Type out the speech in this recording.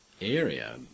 area